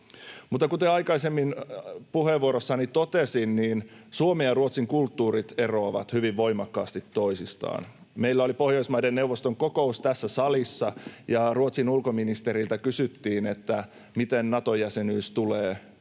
kuten aikaisemmin puheenvuorossani totesin, Suomen ja Ruotsin kulttuurit eroavat hyvin voimakkaasti toisistaan. Meillä oli Pohjoismaiden neuvoston kokous tässä salissa, ja Ruotsin ulkoministeriltä kysyttiin, miten Nato-jäsenyys tulee